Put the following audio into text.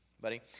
buddy